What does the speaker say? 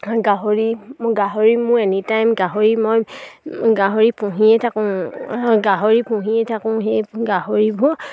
গাহৰি গাহৰি মোৰ এনিটাইম গাহৰি মই গাহৰি পুহিয়ে থাকোঁ গাহৰি পুহিয়ে থাকোঁ সেই গাহৰিবোৰ